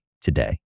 today